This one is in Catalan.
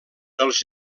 els